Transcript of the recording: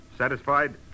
Satisfied